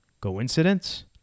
Coincidence